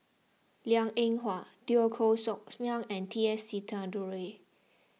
Liang Eng Hwa Teo Koh Sock Miang and T S Sinnathuray